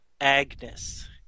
Agnes